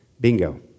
Bingo